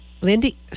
Lindy